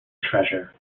treasure